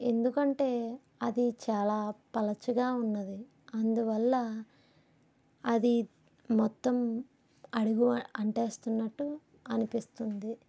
ఎందుకంటే అది చాలా పలచగా ఉన్నది అందువల్ల అది మొత్తం అడుగు అంటేస్తున్నట్టు అనిపిస్తుంది